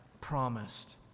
promised